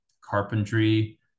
carpentry